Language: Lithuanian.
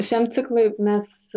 šiam ciklui mes